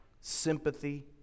sympathy